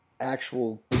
actual